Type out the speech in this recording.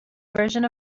version